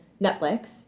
Netflix